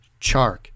Chark